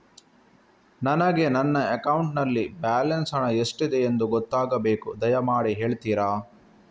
ನನಗೆ ನನ್ನ ಅಕೌಂಟಲ್ಲಿ ಬ್ಯಾಲೆನ್ಸ್ ಹಣ ಎಷ್ಟಿದೆ ಎಂದು ಗೊತ್ತಾಗಬೇಕು, ದಯಮಾಡಿ ಹೇಳ್ತಿರಾ?